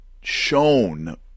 shown